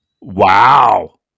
Wow